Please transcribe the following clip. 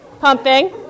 pumping